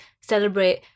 celebrate